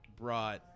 brought